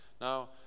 Now